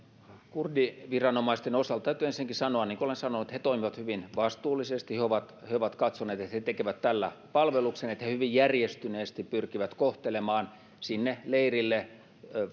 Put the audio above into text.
kurdiviranomaisten osalta täytyy ensinnäkin sanoa niin kuin olen sanonut he toimivat hyvin vastuullisesti he ovat katsoneet että he tekevät tällä palveluksen että he hyvin järjestyneesti pyrkivät kohtelemaan sinne leirille